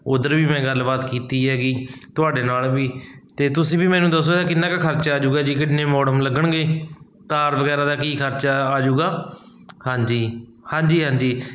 ਉੱਧਰ ਵੀ ਮੈਂ ਗੱਲਬਾਤ ਕੀਤੀ ਹੈਗੀ ਤੁਹਾਡੇ ਨਾਲ ਵੀ ਅਤੇ ਤੁਸੀਂ ਵੀ ਮੈਨੂੰ ਦੱਸੋ ਇਹ ਕਿੰਨਾ ਕੁ ਖਰਚਾ ਆਜੂਗਾ ਜੀ ਕਿੰਨੇ ਮੋਡਮ ਲੱਗਣਗੇ ਤਾਰ ਵਗੈਰਾ ਦਾ ਕੀ ਖਰਚਾ ਆਜੂਗਾ ਹਾਂਜੀ ਹਾਂਜੀ ਹਾਂਜੀ